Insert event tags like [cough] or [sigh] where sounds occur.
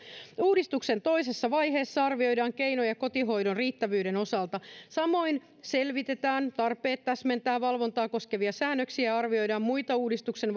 uudistuksen toisessa vaiheessa arvioidaan keinoja kotihoidon riittävyyden osalta samoin selvitetään tarpeet täsmentää valvontaa koskevia säädöksiä ja arvioidaan muita uudistuksen [unintelligible]